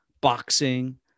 boxing